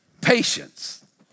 patience